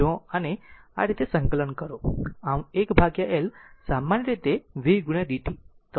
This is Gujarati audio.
જો આને આ રીતે સંકલન કરો આમ 1 L સામાન્ય રીતે તે v dt